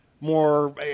more